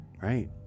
right